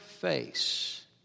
face